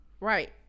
Right